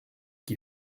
qui